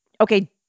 Okay